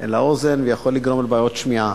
אל האוזן ויכול לגרום לבעיות שמיעה.